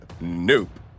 Nope